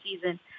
season